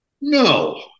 No